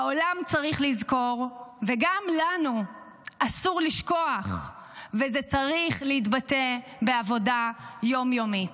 העולם צריך לזכור וגם לנו אסור לשכוח וזה צריך להתבטא בעבודה יום-יומית.